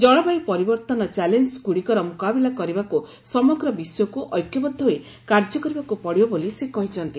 ଜଳବାୟୁ ପରିବର୍ତ୍ତନ ଚ୍ୟାଲେଞ୍ଜ ଗୁଡ଼ିକର ମୁକାବିଲା କରିବାକୁ ସମଗ୍ର ବିଶ୍ୱକୁ ଐକ୍ୟବଦ୍ଧ ହୋଇ କାର୍ଯ୍ୟ କରିବାକୁ ପଡିବ ବୋଲି ସେ କହିଚ୍ଛନ୍ତି